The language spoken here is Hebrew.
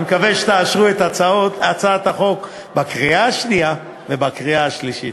אני מקווה שתאשרו את הצעת החוק בקריאה שנייה ובקריאה שלישית.